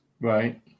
right